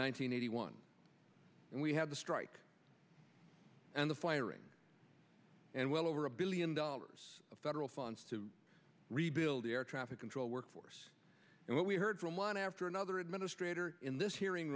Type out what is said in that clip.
hundred one when we had the strike and the firing and well over a billion dollars of federal funds to rebuild the air traffic control workforce and what we heard from one after another administrator in this hearing